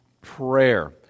prayer